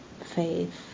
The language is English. faith